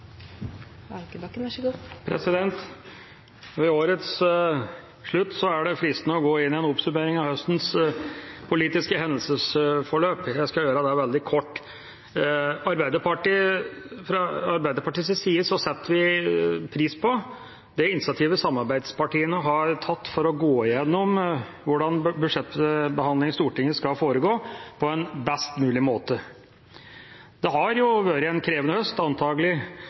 Ved årets slutt er det fristende å gå inn i en oppsummering av høstens politiske hendelsesforløp. Jeg skal gjøre det veldig kort. Fra Arbeiderpartiets side setter vi pris på det initiativet samarbeidspartiene har tatt for å gå gjennom hvordan budsjettbehandlingen i Stortinget skal foregå på en best mulig måte. Det har vært en krevende høst, antagelig